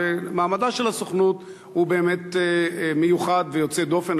ומעמדה של הסוכנות הוא באמת מיוחד ויוצא דופן,